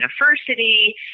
University